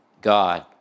God